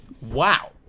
Wow